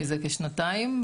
מזה כשנתיים,